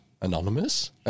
Anonymous